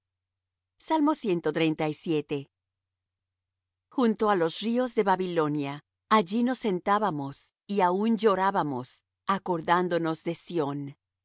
para siempre es su misericordia junto á los ríos de babilonia allí nos sentábamos y aun llorábamos acordándonos de sión